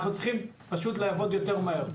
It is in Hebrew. אנחנו צריכים פשוט לעבוד מהר יותר.